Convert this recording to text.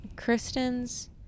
Kristen's